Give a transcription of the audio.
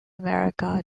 america